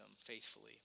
faithfully